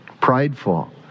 prideful